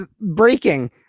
breaking